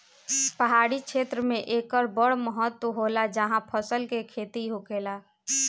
पहाड़ी क्षेत्र मे एकर बड़ महत्त्व होला जाहा फल के खेती होखेला